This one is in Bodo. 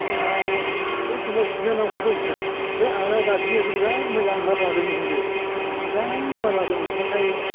जोंहा बै समाव बिनानावफोर दंमोन बे आइया गाबज्रिनायखौ बिराद मोजां मात लादोंमोन बियो मोजां मात लादोंमोन नाथाय